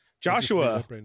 Joshua